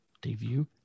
Debut